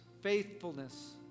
faithfulness